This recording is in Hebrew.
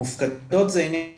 מופקדות זה עניין אחר,